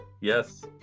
yes